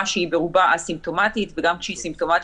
שהיא ברובה אסימפטומטית וגם כשהיא סימפטומטית,